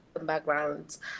backgrounds